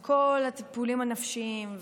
כל הטיפולים הנפשיים,